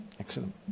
excellent